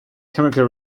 chemical